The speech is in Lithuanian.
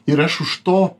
ir aš už to